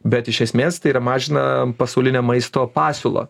bet iš esmės tai yra mažina pasaulinę maisto pasiūlą